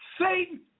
Satan